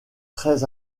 très